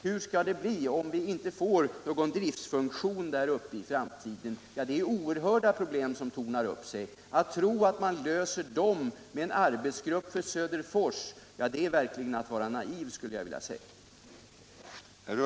Hur skall det bli om vi inte får någon driftsfunktion där uppe i framtiden? Ja, det är oerhörda problem som tornar upp sig. Att tro att man löser 3 dem med en arbetsgrupp för Söderfors är verkligen att vara naiv, skulle jag vilja påstå.